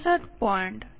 9 છે